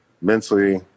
Mentally